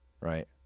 Right